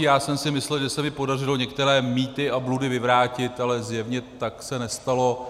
Já jsem si myslel, že se mi podařilo některé mýty a bludy vyvrátit, ale zjevně se tak nestalo.